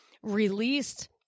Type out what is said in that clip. released